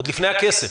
עוד לפני הכסף?